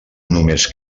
només